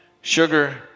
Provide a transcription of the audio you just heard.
sugar